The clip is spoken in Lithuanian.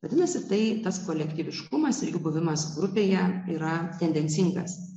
vadinasi tai tas kolektyviškumas ir jų buvimas grupėje yra tendencingas